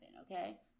okay